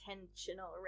intentional